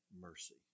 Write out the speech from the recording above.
mercy